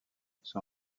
son